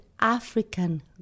African